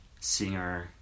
singer